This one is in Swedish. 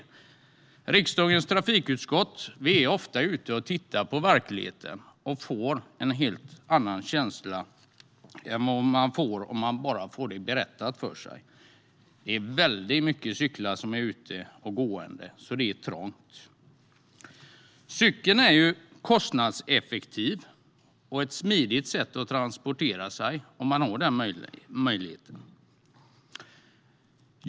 Vi i riksdagens trafikutskott är ofta ute och tittar på verkligheten och får en helt annan känsla än man får om man bara får saker berättade för sig. Det är väldigt många cyklister och gående ute, så det är trångt. Cykeln är kostnadseffektiv och ett smidigt sätt att transportera sig om man har den möjligheten.